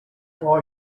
why